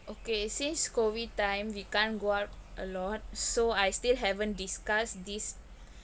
okay since COVID time we can't go out a lot so I still haven't discuss this